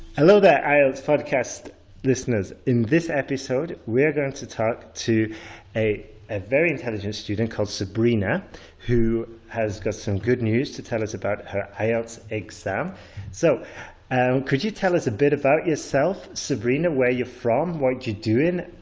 hello there ielts podcast listeners in this episode we are going to talk to a very intelligent student called sabrina who has got some good news to tell us about her ielts exam so could you tell us a bit about yourself sabrina, where you're from, what you are doing?